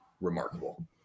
remarkable